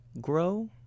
grow